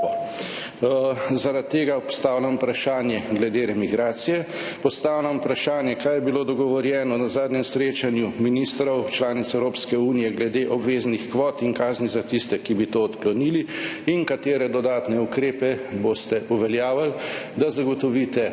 Zaradi tega postavljam vprašanje glede remigracije. Postavljam vprašanje: Kaj je bilo dogovorjeno na zadnjem srečanju ministrov članic Evropske unije glede obveznih kvot in kazni za tiste, ki bi to odklonili? Katere dodatne ukrepe boste uveljavili, da zagotovite